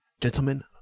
gentlemen